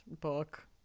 book